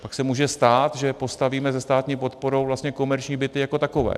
Pak se může stát, že postavíme ze státní podporou vlastně komerční byty jako takové.